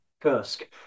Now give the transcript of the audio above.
Kursk